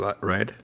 right